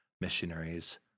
missionaries